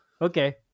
okay